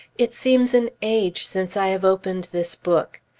it seems an age since i have opened this book.